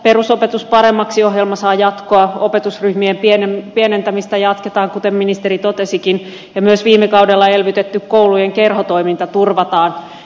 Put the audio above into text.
perusopetus paremmaksi ohjelma saa jatkoa opetusryhmien pienentämistä jatketaan kuten ministeri totesikin ja myös viime kaudella elvytetty koulujen kerhotoiminta turvataan